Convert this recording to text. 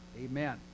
Amen